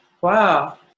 wow